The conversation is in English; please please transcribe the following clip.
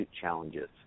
challenges